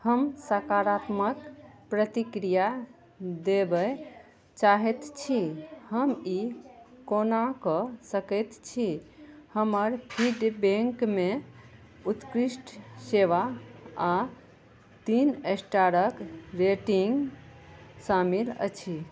हम सकारात्मक प्रतिक्रिया देबय चाहैत छी हम ई कोना कऽ सकैत छी हमर फीडबैकमे उत्कृष्ट सेवा आओर तीन स्टारक रेटिंग शामिल अछि